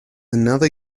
another